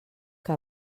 que